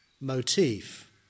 motif